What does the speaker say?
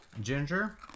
ginger